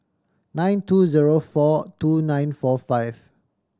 nine two zero four two nine four five